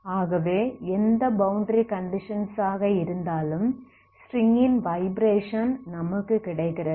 ஆகவே எந்த boundary conditions ஆக இருந்தாலும் ஸ்ட்ரிங் -ன் வைப்ரேஷன் நமக்கு கிடைக்கிறது